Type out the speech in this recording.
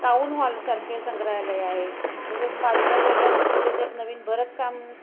town हॉलसारखे संग्रहालय आहे तसेच पाचगाव रोडला नुकतंच एक नवीन भरतकाम